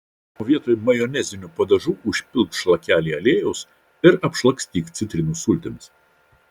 o vietoj majonezinių padažų užpilk šlakelį aliejaus ir apšlakstyk citrinų sultimis